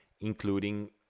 including